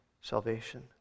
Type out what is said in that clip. salvation